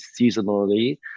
seasonally